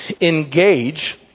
engage